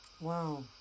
Wow